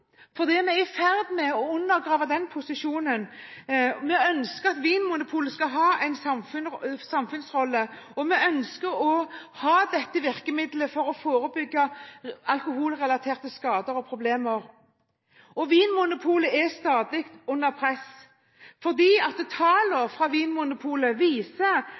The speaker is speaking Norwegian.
for vi er i ferd med å undergrave den posisjonen. Vi ønsker at Vinmonopolet skal ha en samfunnsrolle, og vi ønsker å ha dette virkemiddelet for å forebygge alkoholrelaterte skader og problemer. Vinmonopolet er stadig under press. Tallene fra Vinmonopolet viser